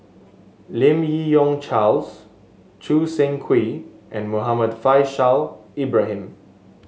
Lim Yi Yong Charles Choo Seng Quee and Muhammad Faishal Ibrahim